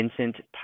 vincent